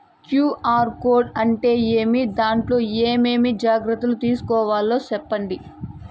QR code అంటే ఏమి? దాంట్లో ఏ ఏమేమి జాగ్రత్తలు తీసుకోవాలో సెప్పండి?